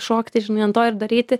šokti žinai ant to ir daryti